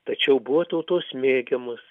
tačiau buvo tautos mėgiamos